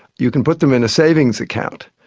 you can put them in a savings account,